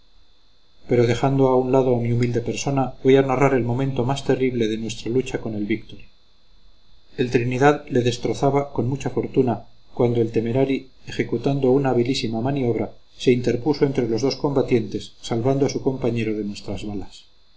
pero dejando a un lado mi humilde persona voy a narrar el momento más terrible de nuestra lucha con el victory el trinidad le destrozaba con mucha fortuna cuando el temerary ejecutando una habilísima maniobra se interpuso entre los dos combatientes salvando a su compañero de nuestras balas